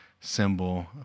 symbol